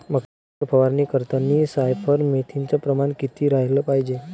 मक्यावर फवारनी करतांनी सायफर मेथ्रीनचं प्रमान किती रायलं पायजे?